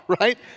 right